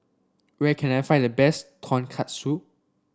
where can I find the best Tonkatsu